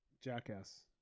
Jackass